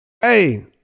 hey